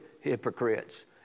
hypocrites